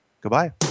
goodbye